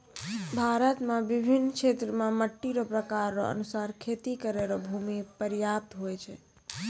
भारत मे बिभिन्न क्षेत्र मे मट्टी रो प्रकार रो अनुसार खेती करै रो भूमी प्रयाप्त हुवै छै